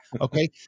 okay